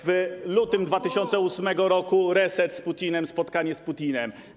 W lutym 2008 r. reset z Putinem, spotkanie z Putinem.